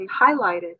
highlighted